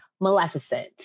Maleficent